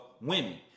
women